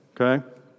okay